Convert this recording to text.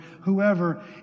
whoever